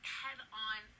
head-on